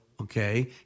okay